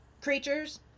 creatures